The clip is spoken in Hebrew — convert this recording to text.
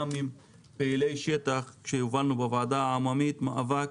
עם פעילי שטח שהופענו בוועדה העממית במאבק